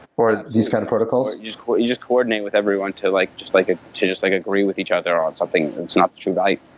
or these kind of protocols? you you just coordinate with everyone to like just like ah to just like agree with each other on something and it's not true value,